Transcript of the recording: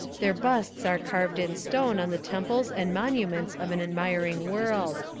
their busts are carved in stone on the temples and monu ments of an admiring world.